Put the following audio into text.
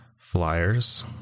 flyers